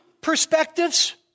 perspectives